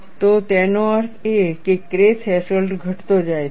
તો તેનો અર્થ એ કે K થ્રેશોલ્ડ ઘટતો જાય છે